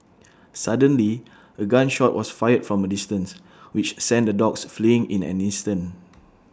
suddenly A gun shot was fired from A distance which sent the dogs fleeing in an instant